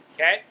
Okay